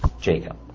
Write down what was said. Jacob